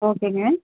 ஓகேங்க